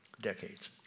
decades